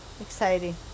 Exciting